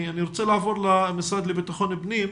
אני רוצה לעבור למשרד לביטחון פנים.